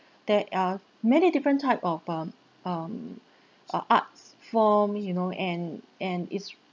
there are many different type of um um uh arts form you know and and it's